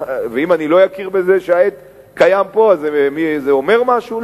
ואם לא אכיר בזה שהעט קיים פה, זה אומר משהו?